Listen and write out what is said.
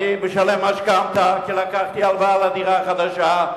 אני משלם משכנתה כי לקחתי הלוואה על הדירה החדשה.